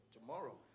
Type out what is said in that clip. tomorrow